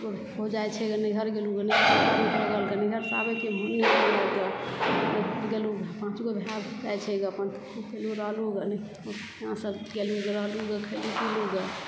भौजाइ छै नैहर गेलहुँ नैहर गेलहुँ तऽ नैहर से आबैके मन नहि होइए गेलहुँ पांँच गो भाय छै गऽ अपन रहलहुँ अपनासँ गेलहुँ गऽ रहलहुँ खेलहुँ पिलहुंँ गऽ